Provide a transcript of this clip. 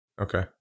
Okay